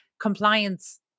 compliance